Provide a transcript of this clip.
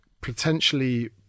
potentially